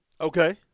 Okay